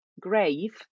grave